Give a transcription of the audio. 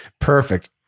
Perfect